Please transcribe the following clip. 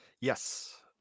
yes